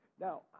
Now